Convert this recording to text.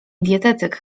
dietetyk